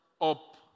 up